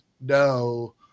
no